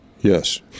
Yes